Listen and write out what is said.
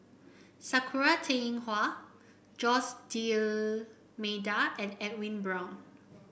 Sakura Teng Ying Hua Jose D'Almeida and Edwin Brown